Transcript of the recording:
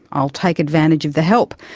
i'll take advantage of the help.